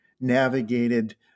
navigated